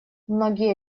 многие